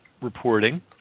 reporting